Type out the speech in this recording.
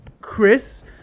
Chris